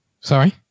Sorry